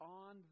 on